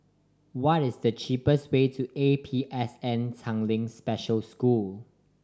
what is the cheapest way to A P S N Tanglin Special School